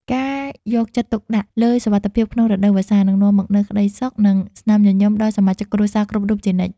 ការយកចិត្តទុកដាក់លើសុវត្ថិភាពក្នុងរដូវវស្សានឹងនាំមកនូវក្តីសុខ និងស្នាមញញឹមដល់សមាជិកគ្រួសារគ្រប់រូបជានិច្ច។